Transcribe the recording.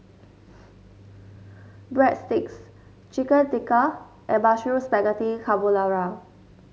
Breadsticks Chicken Tikka and Mushroom Spaghetti Carbonara